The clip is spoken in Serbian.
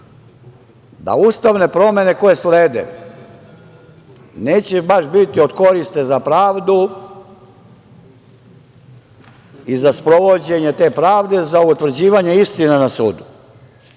da ustavne promene koje slede neće baš biti od koristi za pravdu i za sprovođenje te pravde za utvrđivanje istine na